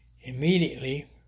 immediately